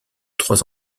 trois